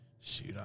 shoot